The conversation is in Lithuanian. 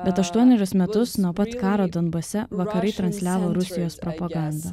bet aštuonerius metus nuo pat karo donbase vakarai transliavo rusijos propagandą